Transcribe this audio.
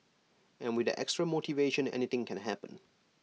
and with that extra motivation anything can happen